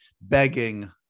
begging